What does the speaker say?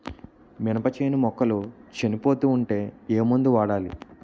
మినప చేను మొక్కలు చనిపోతూ ఉంటే ఏమందు వాడాలి?